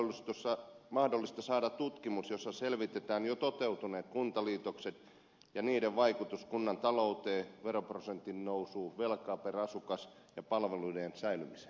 onko mahdollista saada tutkimus jossa selvitetään jo toteutuneet kuntaliitokset ja niiden vaikutus kunnan talouteen veroprosentin nousuun velkaan per asukas ja palveluiden säilymiseen